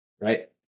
right